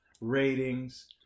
ratings